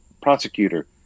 prosecutor